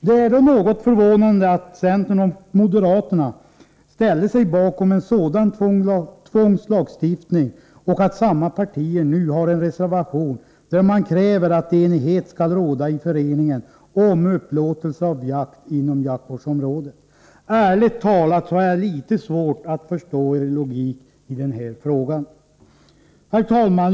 Det är då något förvånande att centern och moderaterna ställde sig bakom en sådan tvångslagstiftning och att samma partier nu i en reservation kräver att enighet om upplåtelse av jakt inom jaktvårdsområdet skall råda i föreningen. Ärligt talat har jag litet svårt att förstå er logik i den här frågan. Herr talman!